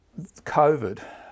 COVID